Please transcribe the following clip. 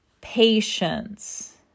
Patience